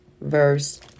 verse